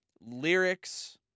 lyrics